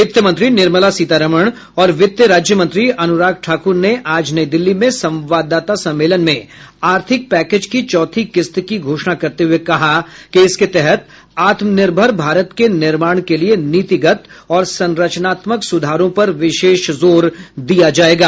वित्तमंत्री निर्मला सीतारामन और वित्त राज्यमंत्री अनुराग ठाकुर ने आज नई दिल्ली में संवाददाता सम्मेलन में आर्थिक पैकेज की चौथी किस्त की घोषणा करते हुए कहा कि इसके तहत आत्मनिर्भर भारत के निर्माण के लिए नीतिगत और संरचनात्मक सुधारों पर विशेष जोर दिया जाएगा